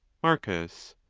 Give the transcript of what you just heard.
marcus.